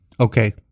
Okay